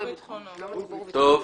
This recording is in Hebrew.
"ואם ניתן צו הפסקה מינהלי כאמור בסעיף 25ד1,